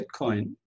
Bitcoin